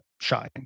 shine